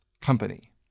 company